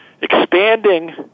expanding